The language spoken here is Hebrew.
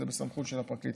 זה בסמכות של הפרקליטות,